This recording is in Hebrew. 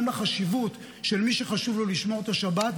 גם לחשיבות של מי שחשוב לו לשמור את השבת,